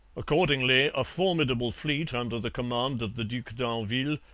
accordingly, a formidable fleet, under the command of the duc d'anville,